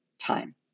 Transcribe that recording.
time